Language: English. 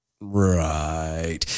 Right